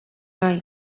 nahi